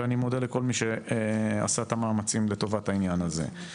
ואני מודה לכל מי שעשה את המאמצים לטובת העניין הזה.